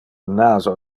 naso